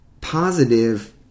positive